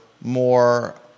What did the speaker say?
more